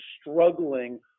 struggling